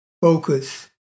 Focus